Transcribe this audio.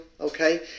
okay